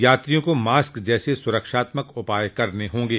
यात्रियों को मॉस्क जैसे सुरक्षात्मक उपाय करने होंगे